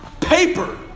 paper